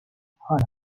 hala